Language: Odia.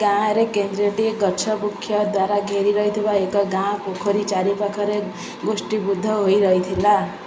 ଗାଁରେ କେନ୍ଦ୍ରଟି ଗଛ ବୃକ୍ଷ ଦ୍ୱାରା ଘେରି ରହିଥିବା ଏକ ଗାଁ ପୋଖରୀ ଚାରିପାଖରେ ଗୋଷ୍ଠୀବୁଦ୍ଧ ହୋଇ ରହିଥିଲା